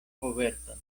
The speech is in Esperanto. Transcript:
koverton